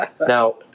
Now